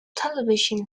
television